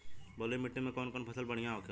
बलुई मिट्टी में कौन कौन फसल बढ़ियां होखेला?